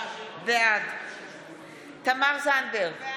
בעד תמר זנדברג,